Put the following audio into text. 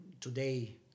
today